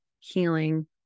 healing